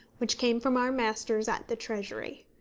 which came from our masters at the treasury.